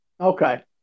Okay